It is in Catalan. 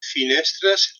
finestres